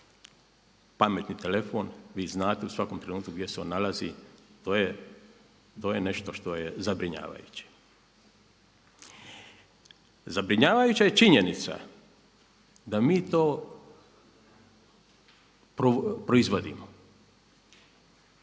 pametni telefon, vi znate u svakom trenutku gdje se on nalazi, to je nešto što je zabrinjavajuće. Zabrinjavajuća je činjenica da mi to proizvodimo.